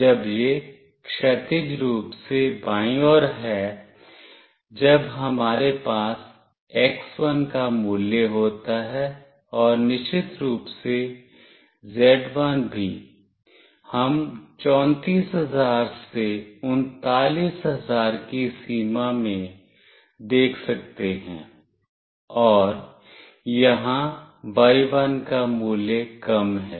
जब यह क्षैतिज रूप से बाईं ओर है जब हमारे पास x1 का मूल्य होता है और निश्चित रूप से z1 भी हम 34000 से 39000 की सीमा में देख सकते हैं और यहां y1 का मूल्य कम है